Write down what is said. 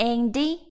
Andy